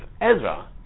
Ezra